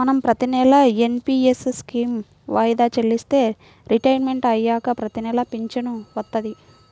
మనం ప్రతినెలా NPS scheme వాయిదా చెల్లిస్తే రిటైర్మంట్ అయ్యాక ప్రతినెలా పింఛను వత్తది